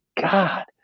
God